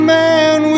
man